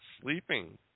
sleeping